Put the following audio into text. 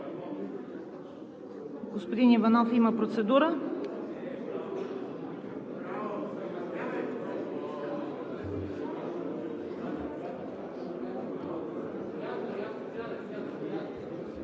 Господин Иванов има процедура.